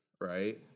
right